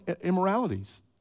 immoralities